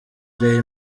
day